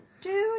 dude